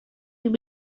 will